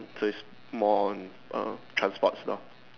so it's more on err transports lor